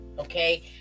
okay